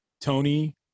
tony